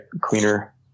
cleaner